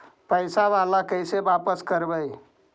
पैसा बाला कैसे बापस करबय?